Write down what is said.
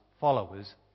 followers